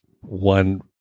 one